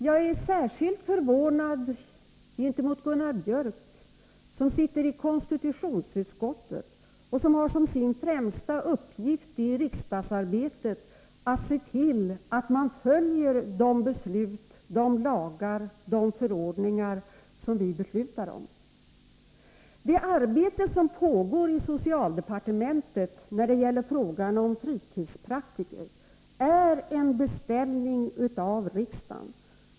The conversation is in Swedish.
Jag är särskilt förvånad över det eftersom Gunnar Biörck är ledamot av konstitutionsutskottet och har som sin uppgift i riksdagsarbetet att se till att man följer de beslut som har fattats, de lagar och förordningar som vi beslutat om. Det arbete som pågår i socialdepartementet när det gäller frågan om fritidspraktiker sker på beställning av riksdagen.